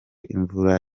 imvura